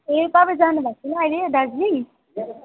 ए तपाईँ जानु भएको छैन अहिले दार्जिलिङ